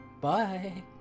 bye